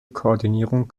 koordinierung